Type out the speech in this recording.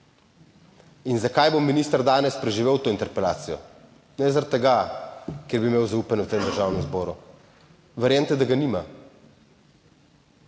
In zakaj bo minister danes preživel to interpelacijo? Ne zaradi tega, ker bi imel zaupanje v tem Državnem zboru, verjemite, da ga nima,